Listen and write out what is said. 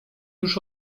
już